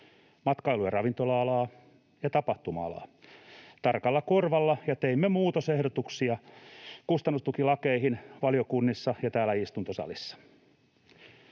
matkailu- ja ravintola-alaa ja tapahtuma-alaa, ja teimme muutosehdotuksia kustannustukilakeihin valiokunnissa ja täällä istuntosalissa.